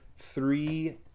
Three